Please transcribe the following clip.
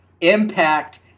Impact